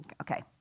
Okay